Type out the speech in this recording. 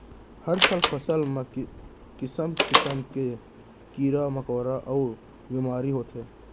हर साल फसल म किसम किसम के कीरा मकोरा अउ बेमारी होथे